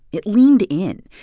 it leaned in.